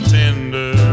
tender